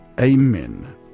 amen